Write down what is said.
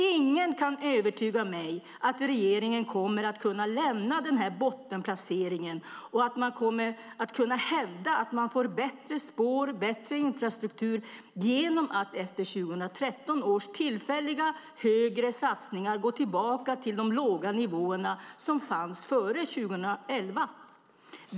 Ingen kan övertyga mig om att regeringen kommer att kunna lämna den här bottenplaceringen. Man kommer inte heller att kunna hävda att man får bättre spår och bättre infrastruktur genom att efter 2013 års tillfälliga högre satsningar gå tillbaka till de låga nivåer som fanns före 2011.